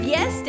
Yes